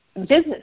business